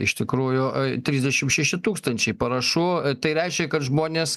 iš tikrųjų trisdešim šeši tūkstančiai parašų tai reiškia kad žmonės